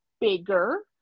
bigger